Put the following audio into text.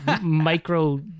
micro